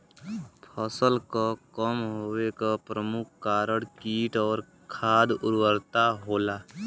फसल क कम होवे क प्रमुख कारण कीट और खाद उर्वरता होला